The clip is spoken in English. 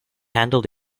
handled